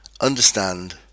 understand